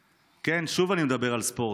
כן, שוב אני מדבר על ספורט.